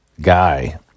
guy